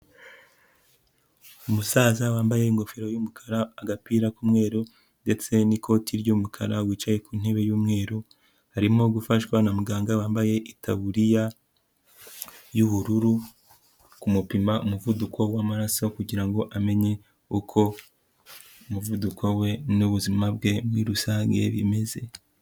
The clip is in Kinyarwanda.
Umusaza wambaye ingofero y'umukara agapira k'umweru ndetse n'ikoti ry'umukara, wicaye ku ntebe y'umweru, arimo gufashwa na muganga wambaye itaburiya y'ubururu, kumupima umuvuduko w'amaraso kugira ngo amenye uko umuvuduko we n'ubuzima bwe muri rusange bimeze.